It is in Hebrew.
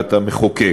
לדעת המחוקק.